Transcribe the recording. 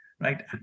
right